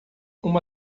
uma